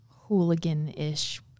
hooligan-ish